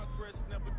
wisdom